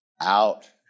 out